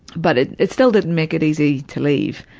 but it it still didn't make it easy to leave,